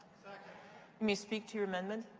may speak to your amendment.